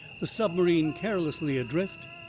the submarine carelessly adrift,